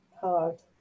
hard